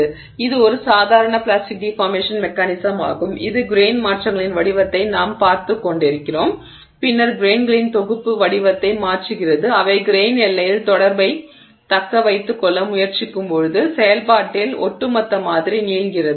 எனவே இது ஒரு சாதாரண பிளாஸ்டிக் டிஃபார்மேஷன் மெக்கானிசம் ஆகும் இது கிரெய்ன் மாற்றங்களின் வடிவத்தை நாம் பார்த்துக் கொண்டிருக்கிறோம் பின்னர் கிரெய்ன்ங்களின் தொகுப்பு வடிவத்தை மாற்றுகிறது அவை கிரெய்ன் எல்லையில் தொடர்பைத் தக்க வைத்துக் கொள்ள முயற்சிக்கும்போது பின்னர் செயல்பாட்டில் ஒட்டுமொத்த மாதிரி நீள்கிறது